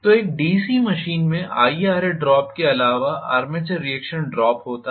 तो एक DC machine में IaRaड्रॉप के अलावा आर्मेचर रिएक्शन ड्रॉप होता है